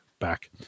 back